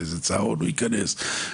באיזה צהרון הוא ייכנס.